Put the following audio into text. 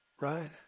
right